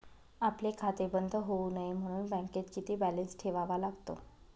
आपले खाते बंद होऊ नये म्हणून बँकेत किती बॅलन्स ठेवावा लागतो?